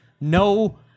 No